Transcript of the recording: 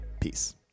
Peace